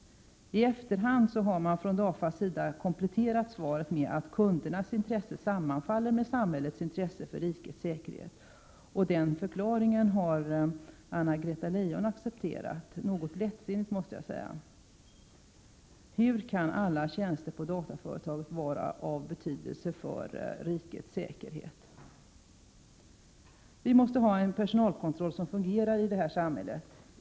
I efterhand har man från DAFA:s sida kompletterat svaret med att kundernas intresse sammanfaller med samhällets intresse för rikets säkerhet. Den förklaringen har Anna-Greta Leijon accepterat — något lättsinnigt, måste jag säga. Hur kan alla tjänster på ett dataföretag vara av betydelse för rikets säkerhet? Vi måste ha en personalkontroll som fungerar i det här samhället.